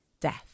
death